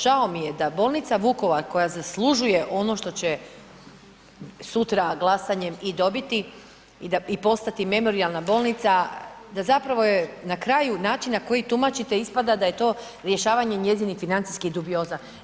Žao mi je da bolnica Vukovar koja zaslužuje ono što će sutra glasanjem i dobiti i postati Memorijalna bolnica da zapravo je na kraju način na koji tumačite ispada da je to rješavanje njezinih financijskih dubioza.